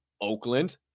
Oakland